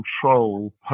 control